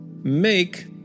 make